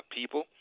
people